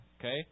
okay